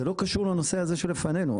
זה לא קשור לנושא הזה שלפנינו.